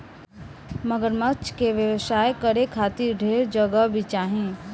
मगरमच्छ के व्यवसाय करे खातिर ढेर जगह भी चाही